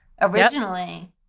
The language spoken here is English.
originally